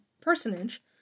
personage